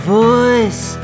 voice